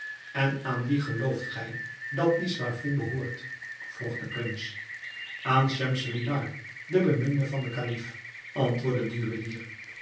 en aan wie gelooft gij dat die slavin behoort vroeg de prins aan schemselnihar de beminde van den kalif antwoordde de juwelier